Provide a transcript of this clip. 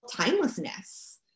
timelessness